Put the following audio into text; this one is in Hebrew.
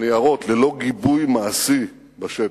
מהניירות ללא גיבוי מעשי בשטח.